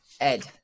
Ed